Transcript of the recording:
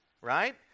right